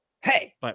Hey